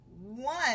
one